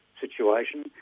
situation